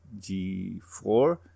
G4